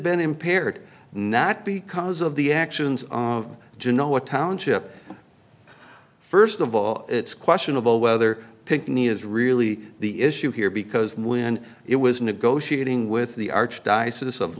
been impaired not because of the actions of juno what township first of all it's questionable whether pickney is really the issue here because when it was negotiating with the archdiocese of